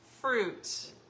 fruit